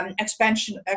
expansion